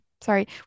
sorry